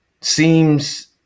seems